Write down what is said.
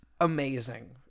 Amazing